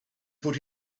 put